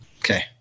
Okay